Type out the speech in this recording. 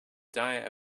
diet